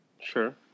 sure